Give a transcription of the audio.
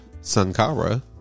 Sankara